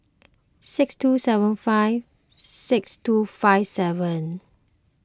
six two seven five six two five seven